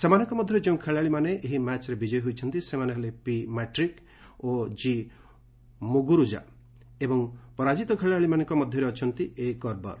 ସେମାନଙ୍କ ମଧ୍ୟରେ ଯେଉଁ ଖେଳାଳିମାନେ ଏହି ମ୍ୟାଚ୍ରେ ବିଜୟୀ ହୋଇଛନ୍ତି ସେମାନେ ପି ମାଟ୍ରିକ୍ ଓ କି ମୁଗୁରୁଜା ଏବଂ ପରାଜିତ ଖେଳାଳିମାନଙ୍କ ମଧ୍ୟରେ ଅଛନ୍ତି ଏ କର୍ବର୍